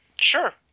Sure